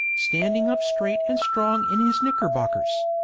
standing up straight and strong in his knickerbockers.